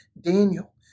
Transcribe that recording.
Daniel